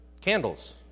candles